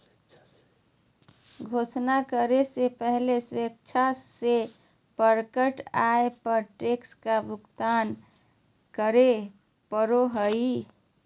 घोषणा करे से पहले स्वेच्छा से प्रकट आय पर टैक्स का भुगतान करे पड़ो हइ